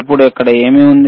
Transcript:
ఇప్పుడు ఇక్కడ ఏమి ఉంది